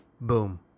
Boom